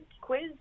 quiz